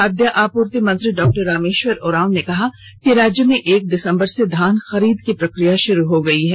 खाद्य अपूर्ति मंत्री डॉ रामेश्वर उरांव ने कहा कि राज्य में एक दिसंबर से धान खरीद की प्रकिया शुरू हो गयी है